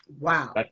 Wow